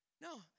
No